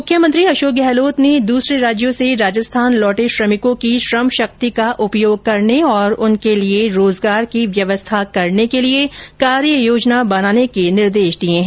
मुख्यमंत्री अशोक गहलोत ने दूसरे राज्यों से राजस्थान लौटे श्रमिकों की श्रम शक्ति का उपयोग करने और उनके लिए रोजगार की व्यवस्था करने के लिए कार्ययोजना बनाने के निर्देश दिए है